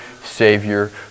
Savior